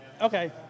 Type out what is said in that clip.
Okay